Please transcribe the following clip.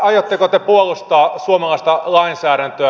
aiotteko te puolustaa suomalaista lainsäädäntöä